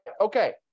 okay